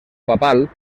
papal